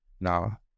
Now